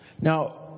Now